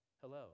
Hello